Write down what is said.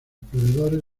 perdedores